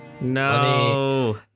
No